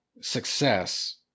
success